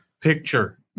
picture